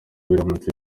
biramutse